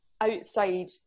outside